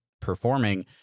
performing